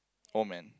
old man